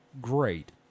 great